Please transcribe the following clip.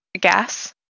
gas